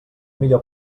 millor